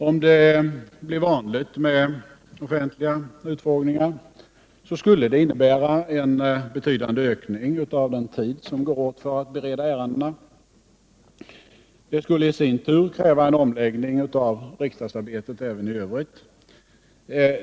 Om det blev vanligt med utskottsutfrågningar skulle det innebära en betydande ökning av den tid som går åt för att bereda ärendena. Det skulle i sin tur kräva en omläggning av riksdagsarbetet även i övrigt.